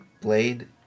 blade